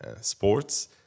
sports